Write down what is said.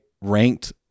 ranked